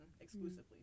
exclusively